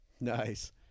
nice